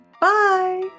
Bye